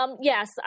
Yes